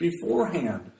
beforehand